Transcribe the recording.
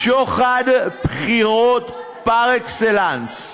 שוחד בחירות פר-אקסלנס.